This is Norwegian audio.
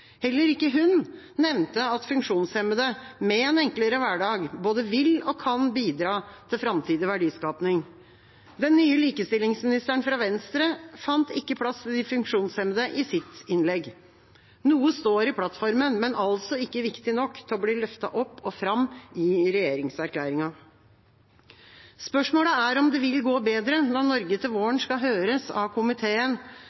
Heller ikke hun nevnte at funksjonshemmede med en enklere hverdag både vil og kan bidra til framtidig verdiskaping. Den nye likestillingsministeren fra Venstre fant ikke plass til de funksjonshemmede i sitt innlegg. Noe står i plattformen, men er altså ikke viktig nok til å bli løftet opp og fram i regjeringserklæringen. Spørsmålet er om det vil gå bedre når Norge til